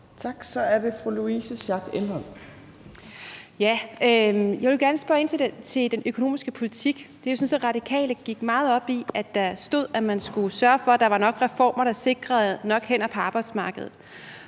Elholm. Kl. 14:27 Louise Schack Elholm (V) : Jeg vil gerne spørge ind til den økonomiske politik. Det var jo sådan, at Radikale gik meget op i, at der stod, at man skulle sørge for, at der var nok reformer, der sikrede hænder nok på arbejdsmarkedet.